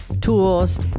tools